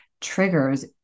triggers